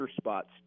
spots